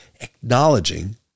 Acknowledging